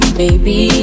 baby